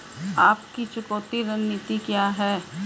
आपकी चुकौती रणनीति क्या है?